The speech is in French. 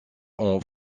ont